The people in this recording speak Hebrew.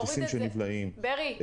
כרטיסים שנבלעים --- ברי,